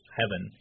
heaven